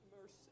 mercy